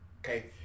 Okay